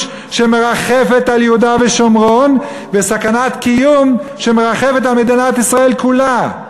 שמרחפת על יהודה ושומרון וסכנת קיום שמרחפת על מדינת ישראל כולה.